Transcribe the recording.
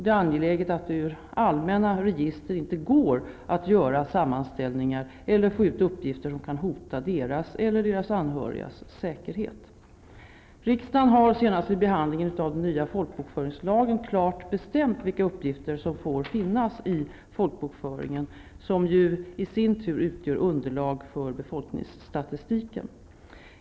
Det är angeläget att det ur allmänna register inte går att göra sammanställningar eller få ut uppgifter som kan hota deras eller deras anhörigas säkerhet. Riksdagen har senast vid behandlingen av den nya folkbokföringslagen klart bestämt vilka uppgifter som skall få finnas i folkbokföringen, som ju i sin tur utgör underlaget för befolkningsstatistiken.